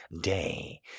day